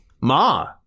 Ma